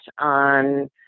on